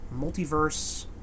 multiverse